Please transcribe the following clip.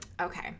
Okay